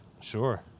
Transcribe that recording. Sure